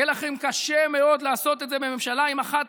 יהיה לכם קשה מאוד לעשות את זה בממשלה עם אחת